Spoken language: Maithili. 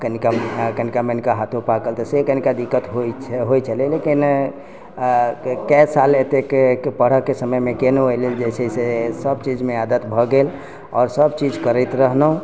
कनिका कनिका मनिका हाथो पाकल तऽ से कनिका दिक्कत होइ छलै लेकिन कए साल एतेक पढ़ाइके समयमे केलहुँ एहिलेल जे छै से सभचीजमे आदत भऽ गेल आओर सभचीज करैत रहलहुँ